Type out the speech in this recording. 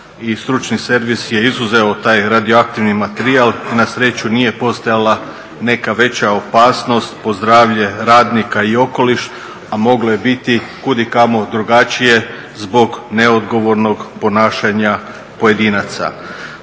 stručni servis je izuzeo taj radioaktivni materijal i na sreću nije postojala neka veća opasnost po zdravlje radnika i okoliš, a moglo je biti kud i kamo drugačije zbog neodgovornog ponašanja pojedinaca.